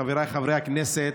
חבריי חברי הכנסת,